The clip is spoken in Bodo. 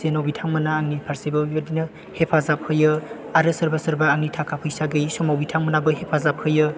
जेन' बिथांमोना आंनि फारसेबो बेबायदिनो हेफाजाब होयो आरो सोरबा सोरबा आंनि थाखा फैसा गैयै समाव बिथांमोनाबो हेफाजाब होयो